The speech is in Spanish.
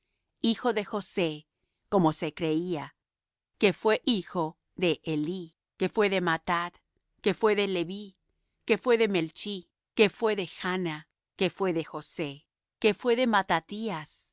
hijo de josé como se creía que fué hijo de elí que fué de mathat que fué de leví que fué melch que fué de janna que fué de josé que fué de mattathías que